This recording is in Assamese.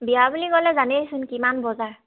বিয়া বুলি ক'লে জানেইচোন কিমান বজাৰ